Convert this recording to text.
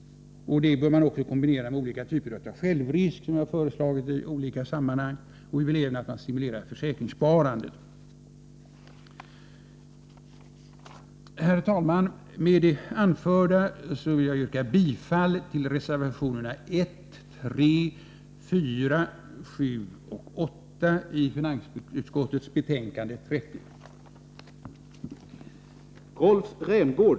Detta bör kombineras med olika typer av självrisk — något som jag föreslagit i olika sammanhang. Vi vill även att man skall stimulera försäkringssparandet. Herr talman! Med det anförda yrkar jag bifall till reservationerna 1,3, 4,7 och 8 i finansutskottets betänkande nr 30.